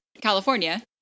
California